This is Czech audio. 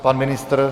Pan ministr?